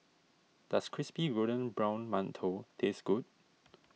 does Crispy Golden Brown Mantou taste good